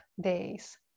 days